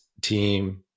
team